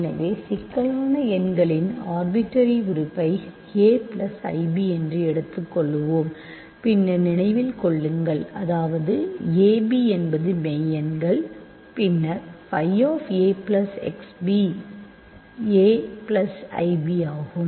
எனவே சிக்கலான எண்களின் ஆர்பிட்டரி உறுப்பை a பிளஸ் ib எடுத்துக்கொள்வோம் பின்னர் நினைவில் கொள்ளுங்கள் அதாவது ab என்பது மெய்யெண்கள் பின்னர் phi of a plus xb a plus ib ஆகும்